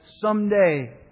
someday